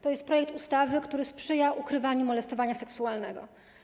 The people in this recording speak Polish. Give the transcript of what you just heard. To jest projekt ustawy, który sprzyja ukrywaniu molestowania seksualnego.